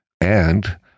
And-